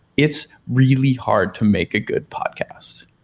it's really hard to make a good podcast,